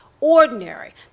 ordinary